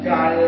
God